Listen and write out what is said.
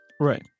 Right